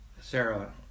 Sarah